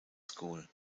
school